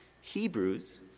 Hebrews